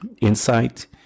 insight